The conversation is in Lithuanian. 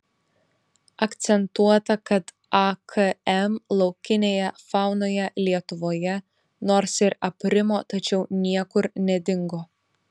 akcentuota kad akm laukinėje faunoje lietuvoje nors ir aprimo tačiau niekur nedingo